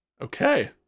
Okay